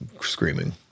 screaming